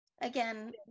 Again